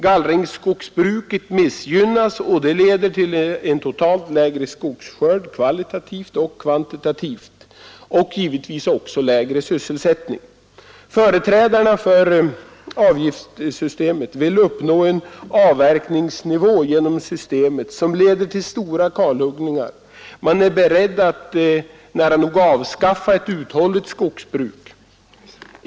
Gallringsskogsbruket missgynnas och det leder till en totalt lägre skogsskörd kvantitativt och kvalitativt och givetvis också lägre sysselsättning. Företrädarna för avgiftssystemet vill uppnå en avverkningsnivå genom systemet som leder till stora kalhuggningar. Man är beredd att nära nog avskaffa ett uthålligt skogsbruk.